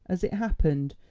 as it happened,